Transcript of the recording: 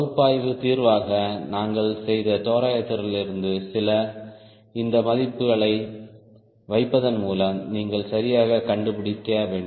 பகுப்பாய்வு தீர்வுக்காக நாங்கள் செய்த தோராயத்திலிருந்து சில இந்த மதிப்புகளை வைப்பதன் மூலம் நீங்கள் சரியாக கண்டுபிடிக்க வேண்டும்